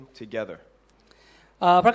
together